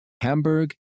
Hamburg